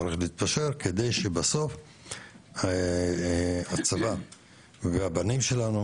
צריך להתפשר על מנת שבסוף הצבא והבנים שלנו